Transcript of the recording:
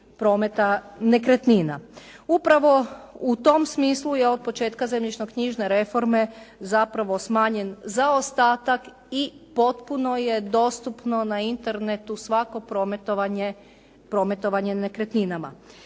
prometa nekretnina. Upravo u tom smislu je od početka zemljišno-knjižne reforme zapravo smanjen zaostatak i potpuno je dostupno na Internetu svako prometovanje nekretninama.